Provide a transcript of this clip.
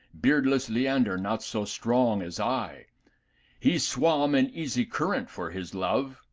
beardless leander not so strong as i he swom an easy current for his love,